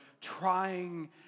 trying